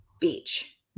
beach